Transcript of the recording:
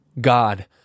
God